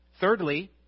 Thirdly